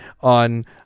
on